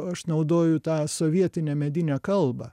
aš naudoju tą sovietinę medinę kalbą